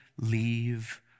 leave